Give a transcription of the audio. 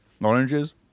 oranges